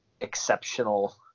exceptional